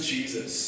Jesus